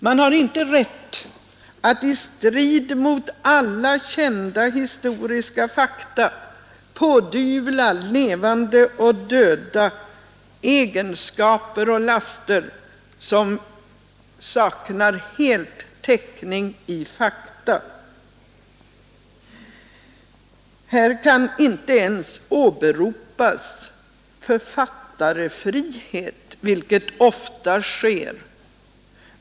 Man har inte rätt att i strid mot kända historiska fakta pådyvla levande och döda egenskaper och laster som saknar varje täckning i fakta. Här kan inte ens åberopas författarfrihet, vilket ofta sker.